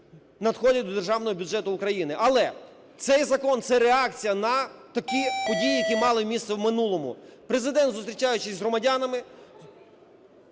надходять до державного бюджету України. Але цей закон – це реакція на такі події, які мали місце в минулому. Президент, зустрічаюсь з громадянами,